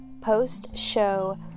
post-show